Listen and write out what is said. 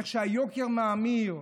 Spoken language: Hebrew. איך שהיוקר מאמיר,